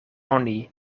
oni